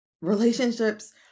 Relationships